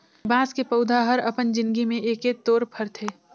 बाँस के पउधा हर अपन जिनगी में एके तोर फरथे